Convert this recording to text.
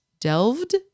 delved